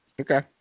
Okay